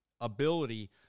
ability